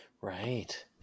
Right